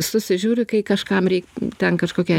susižiūriu kai kažkam reik ten kažkokią